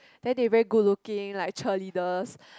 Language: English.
then they very good looking like cheerleaders